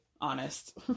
honest